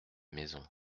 maison